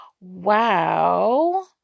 Wow